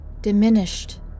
diminished